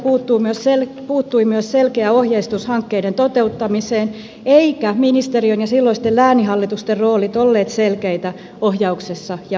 ministeriöltä puuttui myös selkeä ohjeistus hankkeiden toteuttamiseen eivätkä ministeriön ja silloisten lääninhallitusten roolit olleet selkeitä ohjauksessa ja valvonnassa